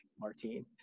Martine